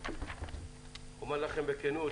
אני אומר לכם בכנות,